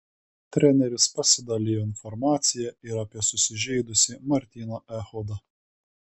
treneris pasidalijo informacija ir apie susižeidusį martyną echodą